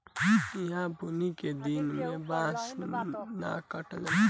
ईहा बुनी के दिन में बांस के न काटल जाला